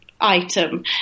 item